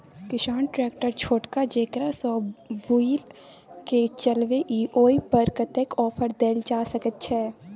किसान ट्रैक्टर छोटका जेकरा सौ बुईल के चलबे इ ओय पर कतेक ऑफर दैल जा सकेत छै?